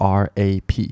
rap